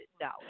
no